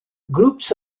groups